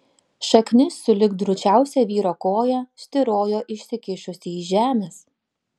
šaknis sulig drūčiausia vyro koja styrojo išsikišusi iš žemės